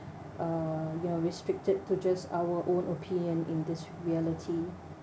uh you are restricted to just our own opinion in this reality